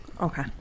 okay